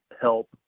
help